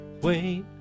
Wait